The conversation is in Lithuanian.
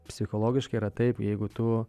psichologiškai yra taip jeigu tu